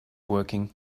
working